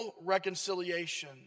reconciliation